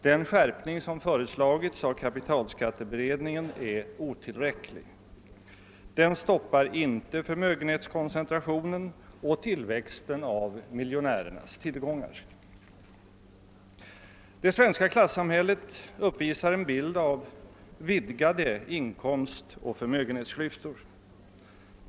Den skärpning som har föreslagits av kapitalskatteberedningen är otillräcklig; den stoppar inte förmögenhetskoncentrationen och tillväxten av miljonärernas tillgångar. Det svenska klassamhället uppvisar en bild av vidgade inkomstoch förmögenhetsklyftor.